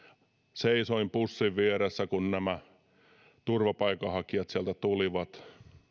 seisoin bussin vieressä kun nämä turvapaikanhakijat sieltä tulivat